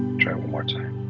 try it one more time.